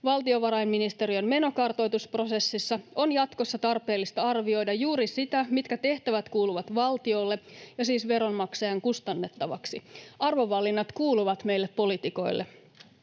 valtiovarainministeriön menokartoitusprosessissa on jatkossa tarpeellista arvioida juuri sitä, mitkä tehtävät kuuluvat valtiolle ja siis veronmaksajan kustannettavaksi. Arvovalinnat kuuluvat meille poliitikoille.